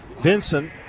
Vincent